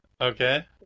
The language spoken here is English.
Okay